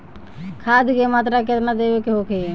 खाध के मात्रा केतना देवे के होखे?